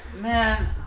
Man